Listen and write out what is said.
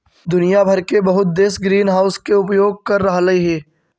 दुनिया भर के बहुत देश ग्रीनहाउस के उपयोग कर रहलई हे